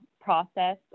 process